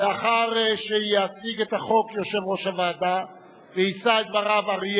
לאחר שיציג יושב-ראש הוועדה את החוק ואריה